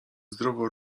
zdrowo